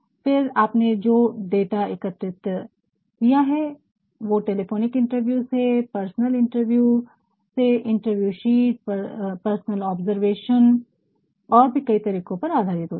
फिर आपने जो डाटा एकत्रित किया है वो टेलीफोनिक इंटरव्यू से personal interview question interview sheet personal observation और भी कई तरीको पर आधारित होता है